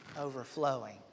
Overflowing